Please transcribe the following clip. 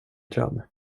dröm